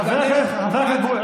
חבר הכנסת מולא.